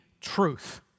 truth